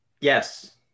yes